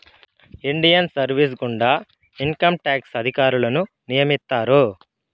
Indian service గుండా income tax అధికారులను నియమిత్తారు